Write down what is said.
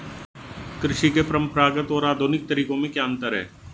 कृषि के परंपरागत और आधुनिक तरीकों में क्या अंतर है?